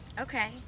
Okay